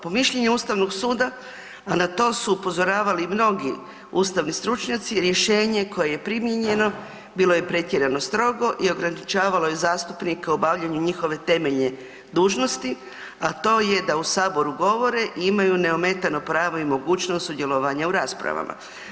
Po mišljenju Ustavnog suda, a na to su upozoravali i mnogi ustavni stručnjaci rješenje koje je primijenjeno bilo je pretjerano strogo i ograničavalo je zastupnike u obavljanju njihove temeljne dužnosti, a to je da u saboru govore i imaju neometano pravo i mogućnost sudjelovanja u raspravama.